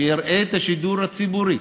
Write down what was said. שיראה את השידור הציבורי,